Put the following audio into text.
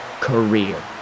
career